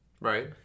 right